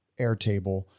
Airtable